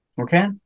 okay